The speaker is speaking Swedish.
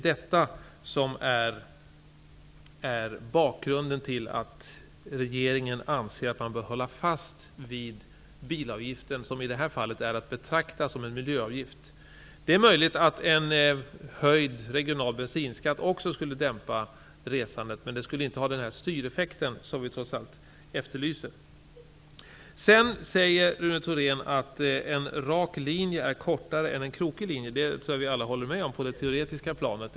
Det är bakgrunden till att regeringen anser att man bör hålla fast vid bilavgiften, som i det här fallet är att betrakta som en miljöavgift. Det är möjligt att en höjd regional bensinskatt också skulle dämpa resandet, men det skulle inte ha den styreffekt som vi efterlyser. En rak linje är kortare än en krokig linje, säger Rune Thorén. Det håller vi nog alla med om på det teoretiska planet.